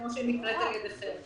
כמו שהיא נקראת על ידיכם.